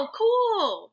cool